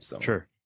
Sure